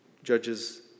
judges